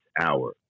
hour